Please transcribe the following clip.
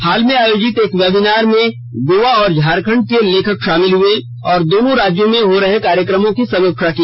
हाल में आयोजित एक वेबिनार में गोवा और झारखंड के लेखक शामिल हुए और दोनों राज्यों में हो रहे कार्यक्रमों की समीक्षा की